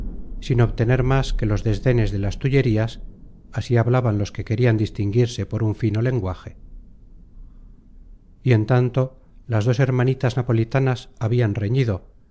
sin obtener más que los desdenes de las tullerías así hablaban los que querían distinguirse por un fino lenguaje y en tanto las dos hermanitas napolitanas habían reñido